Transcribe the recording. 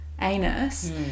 anus